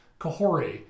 Kahori